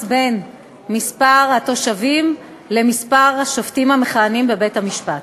בין מספר התושבים למספר השופטים המכהנים בבית-המשפט.